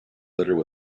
littered